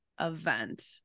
event